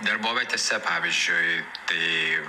darbovietėse pavyzdžiui tai